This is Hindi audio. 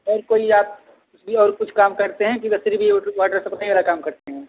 और कोई आप कुछ भी और कुछ काम करते हैं कि बस सिर्फ वॉटर सप्लाई वाला काम करते हैं